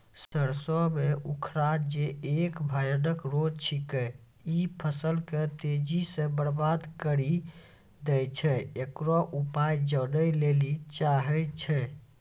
सरसों मे उखरा जे एक भयानक रोग छिकै, इ फसल के तेजी से बर्बाद करि दैय छैय, इकरो उपाय जाने लेली चाहेय छैय?